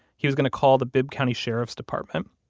he was going to call the bibb county sheriff's department.